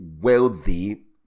wealthy